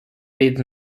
did